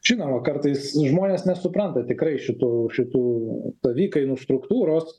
žinoma kartais žmonės nesupranta tikrai šitų šitų savikainų struktūros